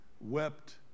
wept